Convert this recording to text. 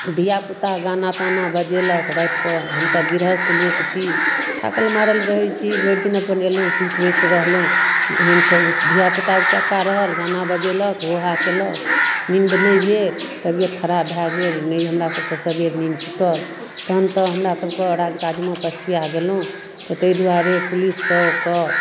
धियापुता गाना ताना बजेलक रातिकऽ हमसब गिरहस्त लोक छी थाकल मारल रहै छी भरि दिन अपन अयलहुँ सुति बैठ रहलहुँ एहन छै धियापुता उचक्का रहल गाना बजेलक हो हा कयलक नीन्द नहि भेल तबियत खराब भए गेल ने हमरा सबके सवेर नीन्द टूटल तहन तऽ हमरा सबके राज काजमे पछुवा गेलहुँ तऽ तै दुआरे पुलिस सबके